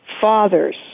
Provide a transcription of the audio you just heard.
fathers